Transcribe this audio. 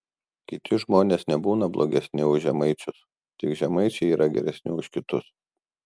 kiti žmonės nebūna blogesni už žemaičius tik žemaičiai yra geresni už kitus